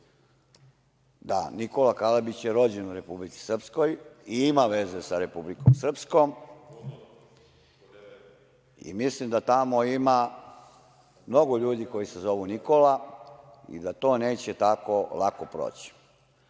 Da, Nikola Kalabić je rođen u Republici Srpskoj, i ima veza sa Republikom Srpskom i mislim da tamo ima mnogo ljudi koji se zovu Nikola, i da to neće tako lako proći.U